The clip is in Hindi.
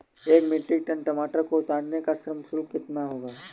एक मीट्रिक टन टमाटर को उतारने का श्रम शुल्क कितना होगा?